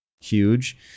Huge